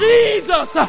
Jesus